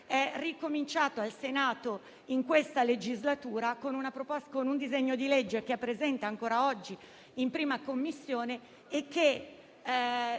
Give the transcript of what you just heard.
è ricominciato al Senato in questa legislatura, con un disegno di legge che è presente ancora oggi in 1a Commissione; la